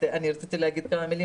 אני רציתי להגיד כמה מילים